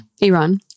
Iran